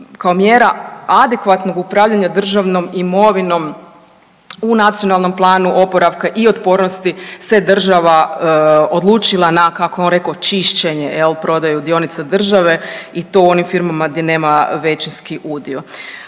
kao mjera adekvatnog upravljanja državnom imovinom u NPOO se država odlučila na kako je on rekao čišćenje jel prodaju dionica države i to u onim firmama gdje nema većinski udio.